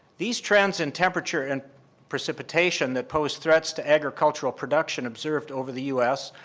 these trends in temperature and precipitation that pose threats to agricultural production observed over the u s.